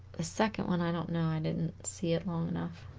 the second one i don't know i didn't see it long enough